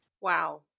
Wow